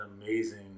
amazing